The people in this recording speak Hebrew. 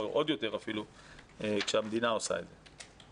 עוד יותר אפילו כשהמדינה עושה את זה.